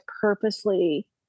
purposely